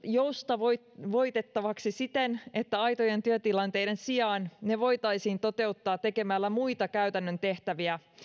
joustavoitettavaksi siten että aitojen työtilanteiden sijaan ne voitaisiin toteuttaa tekemällä muita käytännön tehtäviä